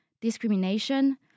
discrimination